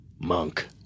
Monk